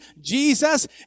Jesus